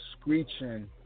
screeching